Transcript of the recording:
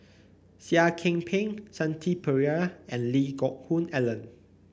Seah Kian Peng Shanti Pereira and Lee Geck Hoon Ellen